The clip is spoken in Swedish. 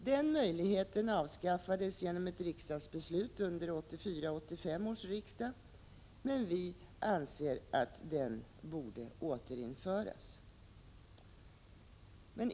Den möjligheten avskaffades under 1984/85 års riksmöte, men vi anser att den borde återinföras.